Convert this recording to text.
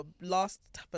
last